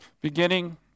beginning